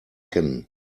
kennen